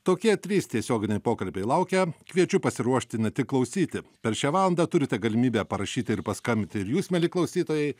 tokie trys tiesioginiai pokalbiai laukia kviečiu pasiruošti ne tik klausyti per šią valandą turite galimybę parašyti ir paskambinti ir jūs mieli klausytojai